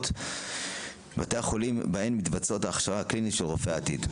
המחלקות בבתי החולים שבהן מתבצעות ההכשרה הקלינית של רופאי העתיד.